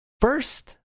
first